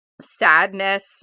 sadness